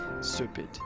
stupid